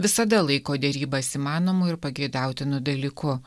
visada laiko derybas įmanomu ir pageidautinu dalyku